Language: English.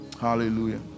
Hallelujah